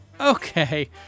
okay